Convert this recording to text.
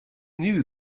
knew